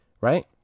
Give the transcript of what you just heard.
Right